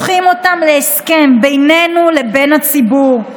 הבחירות שלהם והופכים אותם להסכם בינינו לבין הציבור,